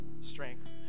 strength